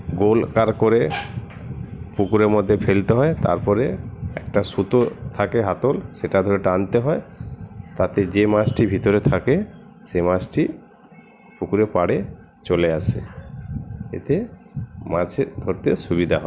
গোল তার করে পুকুরের মধ্যে ফেলতে হয় তারপরে একটা সুতো থাকে হাতল সেটা ধরে টানতে হয় তাতে যে মাছটি ভিতরে থাকে সে মাছটি পুকুরের পাড়ে চলে আসে এতে মাছের ধরতে সুবিধা হয়